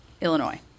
Illinois